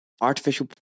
artificial